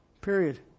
Period